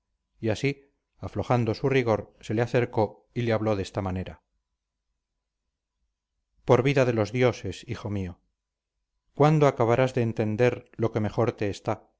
y así aflojando su rigor se le acercó y le habló de esta manera por vida de los dioses hijo mío cuándo acabarás de entender lo que mejor te está